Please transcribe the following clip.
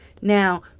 now